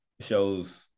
shows